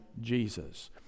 Jesus